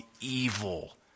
evil